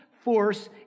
force